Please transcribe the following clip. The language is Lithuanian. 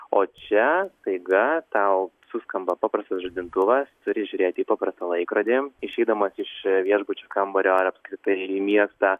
o čia staiga tau suskamba paprastas žadintuvas turi žiūrėti į paprastą laikrodį išeidamas iš viešbučio kambario ar apskritai į miestą